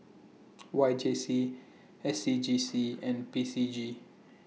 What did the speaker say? Y J C S C G C and P C G